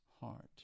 heart